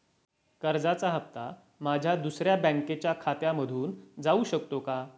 कर्जाचा हप्ता माझ्या दुसऱ्या बँकेच्या खात्यामधून जाऊ शकतो का?